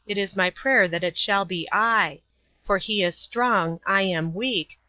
it is my prayer that it shall be i for he is strong, i am weak,